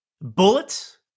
Bullets